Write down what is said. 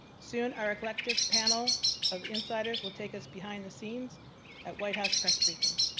soon our eclectic panel of insiders will take us behind the scenes at white house press briefings.